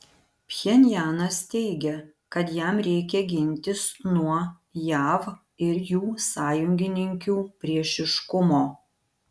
pchenjanas teigia kad jam reikia gintis nuo jav ir jų sąjungininkių priešiškumo